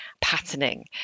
patterning